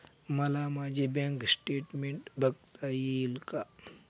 मला माझे bank statement बघता येईल का?